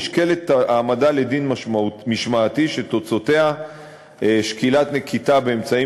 נשקלת העמדה לדין משמעתי שתוצאותיה שקילה של נקיטת אמצעים